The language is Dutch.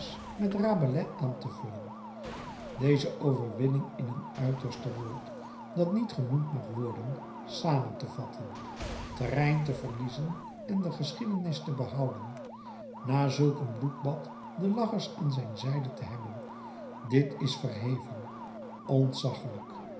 met rabelais aan te vullen deze overwinning in een uiterste woord dat niet genoemd mag worden samen te vatten terrein te verliezen en de geschiedenis te behouden na zulk een bloedbad de lachers aan zijn zijde te hebben dit is verheven ontzaggelijk